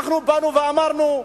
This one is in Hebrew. אנחנו באנו ואמרנו,